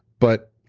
but,